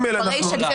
ברישה.